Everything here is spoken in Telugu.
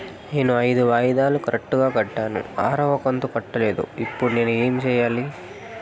నేను ఐదు వాయిదాలు కరెక్టు గా కట్టాను, ఆరవ కంతు కట్టలేదు, ఇప్పుడు నేను ఏమి సెయ్యాలి?